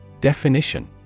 Definition